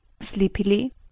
Sleepily